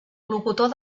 locutor